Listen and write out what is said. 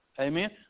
Amen